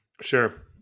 sure